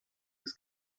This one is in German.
des